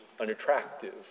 unattractive